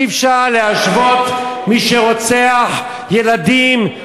אי-אפשר להשוות מי שרוצח ילדים,